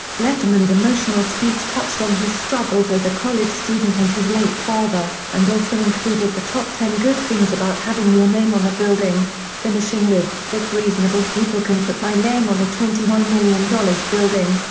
letterman's emotional speech touched on his struggles as a college student and his late father and also included the top ten good things about having your name on a building, finishing with, if reasonable people can put my name on a twenty one million dollars building,